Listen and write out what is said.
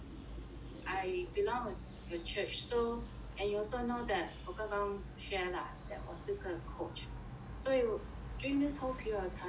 I belong to a church so and you also know that 我刚刚 share lah that 我是一个 coach 所以 during this whole period of time